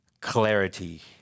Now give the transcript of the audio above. clarity